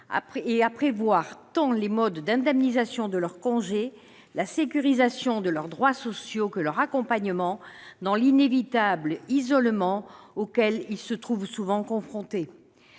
et à prévoir tant les modes d'indemnisation de leurs congés, la sécurisation de leurs droits sociaux que leur accompagnement dans l'inévitable isolement auquel ils se trouvent souvent confrontés.